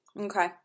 Okay